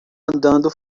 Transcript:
andando